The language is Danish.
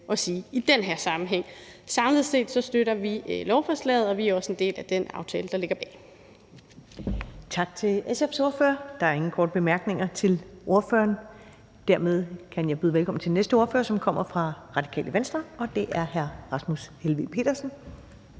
at sige i den her sammenhæng. Samlet set støtter vi lovforslaget, og vi er også en del af den aftale, der ligger bag. Kl. 16:25 Første næstformand (Karen Ellemann): Tak til SF's ordfører. Der er ingen korte bemærkninger til ordføreren. Dermed kan jeg byde velkommen til den næste ordfører, som kommer fra Radikale Venstre, og det er hr. Rasmus Helveg Petersen.